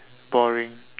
boring